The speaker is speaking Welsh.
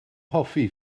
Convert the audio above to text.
hoffi